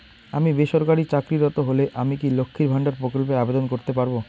আমি বেসরকারি চাকরিরত হলে আমি কি লক্ষীর ভান্ডার প্রকল্পে আবেদন করতে পারব?